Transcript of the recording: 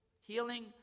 Healing